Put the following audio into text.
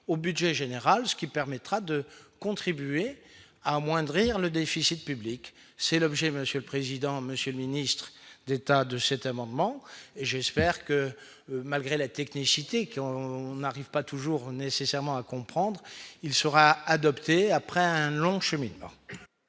au budget général, ce qui permettra de contribuer à amoindrir le déficit public, c'est l'objet, monsieur le président, Monsieur le Ministre d'État de cet amendement et j'espère que malgré la technicité qui on n'arrive pas toujours nécessairement à comprendre, il sera adopté après un long cheminement.